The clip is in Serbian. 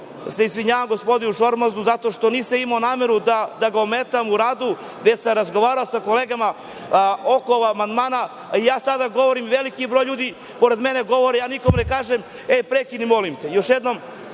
se izvinjavam gospodinu Šormazu zato što nisam imao nameru da ga ometam u radu, već sam razgovarao sa kolegama oko amandmana. I ja sada govorim, a veliki broj ljudi pored mene govori i ja nikom ne kažem – e, prekini, molim te. Još